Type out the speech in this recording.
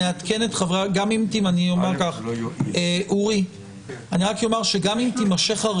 גם אם הרביזיה תימשך,